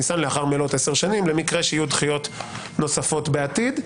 ניסן לאחר מלאת עשר שנים למקרה שיהיו דחיות נוספות בעתיד,